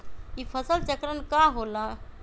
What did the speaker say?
ई फसल चक्रण का होला?